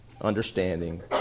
understanding